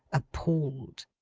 appalled!